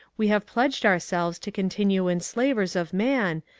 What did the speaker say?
we have pledged ourselves to continue enslavers of man,